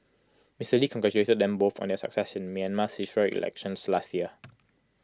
Mister lee congratulated them both on their success in Myanmar's historic elections last year